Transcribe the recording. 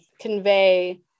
convey